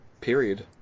period